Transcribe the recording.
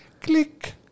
Click